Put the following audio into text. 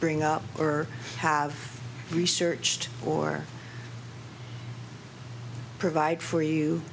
bring up or have researched or provide for you